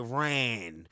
Iran